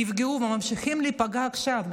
נפגעו וממשיכים להיפגע עכשיו,